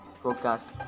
broadcast